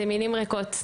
אלה מילים ריקות,